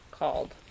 called